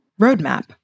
roadmap